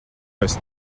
esi